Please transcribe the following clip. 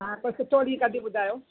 हा त सुठो ॾींहुं कढी ॿुधायो